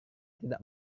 tidak